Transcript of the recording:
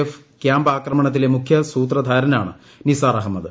F ക്യാമ്പാക്രമണത്തിലെ മുഖ്യ സൂത്രധാരനാണ് നിസാർ അഹമ്മദ്